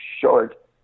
short